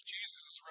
Jesus